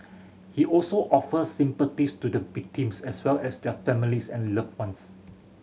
he also offered sympathies to the victims as well as their families and loved ones